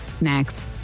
next